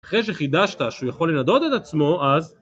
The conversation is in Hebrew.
אחרי שחידשת שהוא יכול לנדות את עצמו אז